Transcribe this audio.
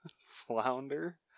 Flounder